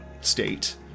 state